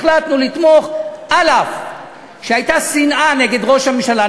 החלטנו לתמוך על אף שהייתה שנאה נגד ראש הממשלה,